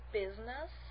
business